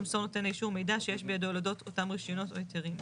ימסור נותן האישור מידע שיש בידו על אודות אותם רישיונות או היתרים.